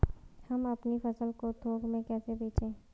हम अपनी फसल को थोक में कैसे बेचें?